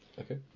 okay